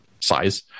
size